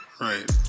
Right